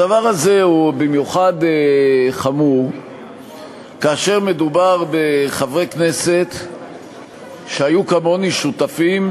הדבר הזה הוא במיוחד חמור כאשר מדובר בחברי כנסת שהיו כמוני שותפים,